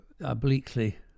obliquely